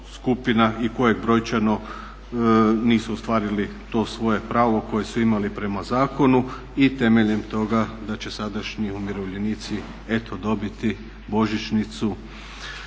i koje brojčano nisu ostvarili to svoje pravo koje su imali prema zakonu i temeljem toga da će sadašnji umirovljenici eto dobiti božićnicu.